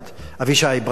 אבישי ברוורמן,